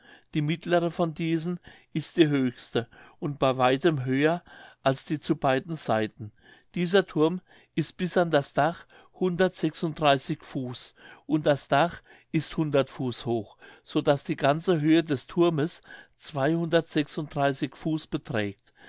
die mittlere von diesen ist die höchste und bei weitem höher als die zu beiden seiten dieser thurm ist bis an das dach fuß und das dach ist fuß hoch so daß die ganze höhe des thurmes fuß beträgt